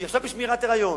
היא עכשיו בשמירת היריון.